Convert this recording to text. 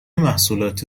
محصولات